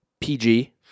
PG